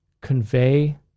convey